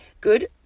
good